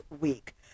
week